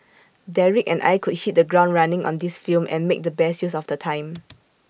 Derek and I could hit the ground running on this film and make the best use of the time